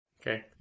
Okay